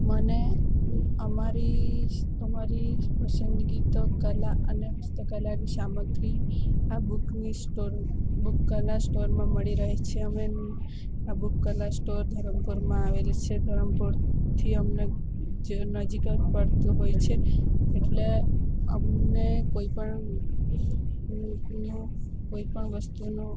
મને અમારી અમારી પસંદગી તો કલા અને હસ્તકલાની સામગ્રી આ બુકની સ્ટોર બુક કલા સ્ટોરમાં મળી રહે છે અમે આ બુક કલા સ્ટોર ધરમપૂરમાં આવેલ છે ધરમપુરથી અમને જ નજીક પડતું હોય છે એટલે અમને કોઈપણ ન્યુ કોઈપણ વસ્તુનો